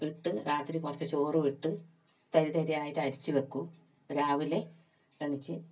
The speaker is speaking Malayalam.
ഇട്ട് രാത്രി കുറച്ച് ചോറും ഇട്ട് തരി തരിയായിട്ട് അരച്ച് വയ്ക്കും രാവിലെ എണീച്ച്